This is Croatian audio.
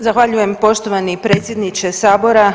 Zahvaljujem poštovani predsjedniče sabora.